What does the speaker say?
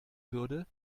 würde